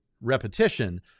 repetition